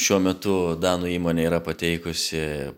šiuo metu danų įmonė yra pateikusi